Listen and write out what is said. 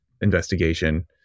investigation